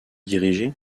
diriger